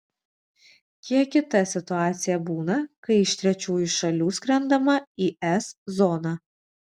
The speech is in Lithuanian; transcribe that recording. kiek kita situacija būna kai iš trečiųjų šalių skrendama į es zoną